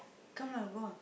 come lah go ah